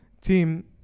team